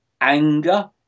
anger